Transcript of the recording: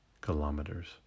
kilometers